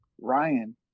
Ryan